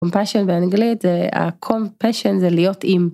קומפשן באנגלית זה הקומ-פשן זה להיות עם.